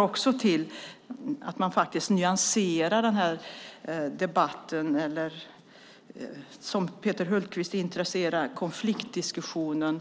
Det hör till om man vill nyansera debatten eller konfliktdiskussionen